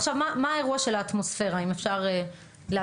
עכשיו, מה האירוע של האטמוספירה, אם אפשר להבין?